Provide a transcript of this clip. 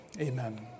amen